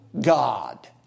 God